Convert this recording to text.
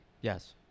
Yes